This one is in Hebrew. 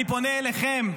אני פונה אליכם,